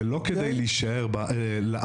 זה לא כדי להישאר לעבוד,